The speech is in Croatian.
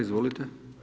Izvolite.